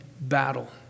battle